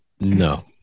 No